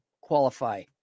qualify